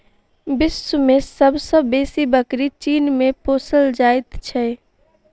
विश्व मे सब सॅ बेसी बकरी चीन मे पोसल जाइत छै